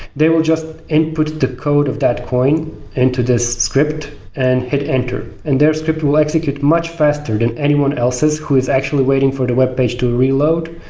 they will just input the code of that coin into this script and hit enter. and their script will execute much faster than anyone else's who is actually waiting for the webpage to reload,